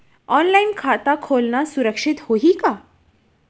Online खाता खोलना सुरक्षित होही का?